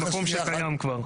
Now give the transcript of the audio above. במקום שקיים כבר.